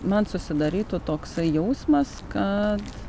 man susidarytų toksai jausmas kad